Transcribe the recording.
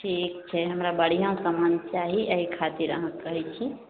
ठीक छै हमरा बढ़िआँ समान चाही एहि खातिर अहाँकेॅं कहै छी